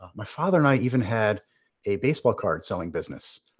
my father and i even had a baseball card selling business.